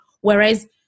whereas